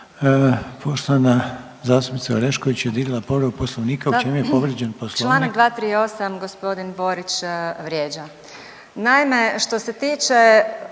Poštovana zastupnica Orešković je digla povredu Poslovnika. U čemu je povrijeđen Poslovnik.